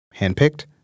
Handpicked